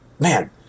Man